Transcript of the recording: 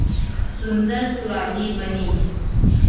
सुन्दर सुराही बनी